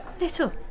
Little